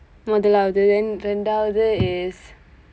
முதலாவது இரண்டாவது:muthalaavathu irandaavathu is